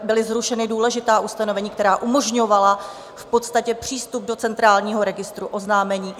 Byla zrušena důležitá ustanovení, která umožňovala v podstatě přístup do Centrálního registru oznámení.